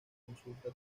consulta